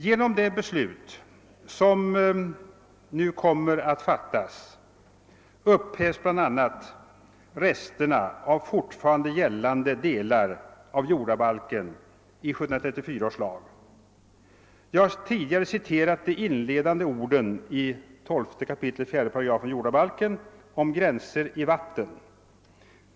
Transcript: Genom det beslut som nu kommer att fattas upphävs bl.a. resterna av fortfarande gällande delar av jordabalken i 1734 års lag. Jag har tidigare citerat de inledande orden i 12 kap. 4 8 jordabalken om gränser i vatten.